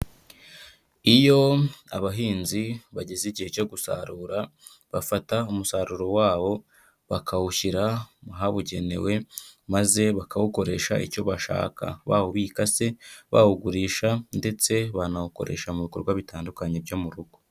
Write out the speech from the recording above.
Iyo abahinzi bageze igihe cyo gusarura, bafata umusaruro wabo bakawushyira mu habugenewe, maze bakawukoresha icyo bashaka. Bawubika se, bawugurisha ndetse banawukoresha mu bikorwa bitandukanye byo mu rugo.